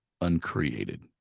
uncreated